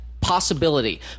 possibility